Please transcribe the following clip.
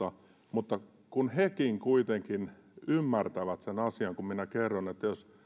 mutta hekin kuitenkin ymmärtävät sen asian kun minä kerron että jos